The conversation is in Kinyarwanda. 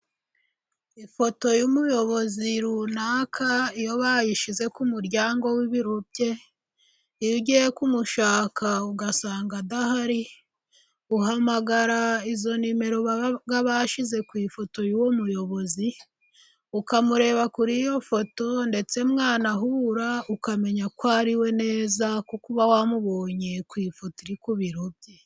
Ifoto y'umuyobozi runaka iyo bayishyize ku muryango w'ibiro bye iyo ugiye kumushaka ugasanga adahari uhamagara izo nimero baba bashyize ku ifoto y'uwo muyobozi, ukamureba kuri iyo foto ndetse mwanahura ukamenya ko ari we neza kuko uba wamubonye ku ifoto iri ku biro bye.